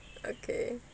okay